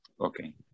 Okay